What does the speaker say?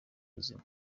buzima